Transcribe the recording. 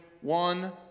one